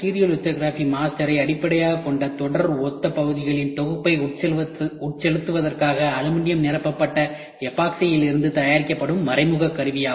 stereolithography மாஸ்டரை அடிப்படையாகக் கொண்ட தொடர் ஒத்த பகுதிகளின் தொகுப்பை உட்செலுத்துவதற்காக அலுமினியம் நிரப்பப்பட்ட எபோக்சியிலிருந்து தயாரிக்கப்படும் மறைமுக கருவி